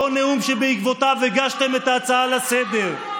אותו נאום שבעקבותיו הגשתם את ההצעה לסדר-היום.